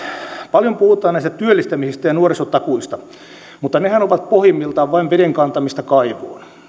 paljon puhutaan näistä työllistämisistä ja nuorisotakuista mutta nehän ovat pohjimmiltaan vain veden kantamista kaivoon